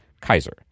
Kaiser